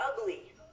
ugly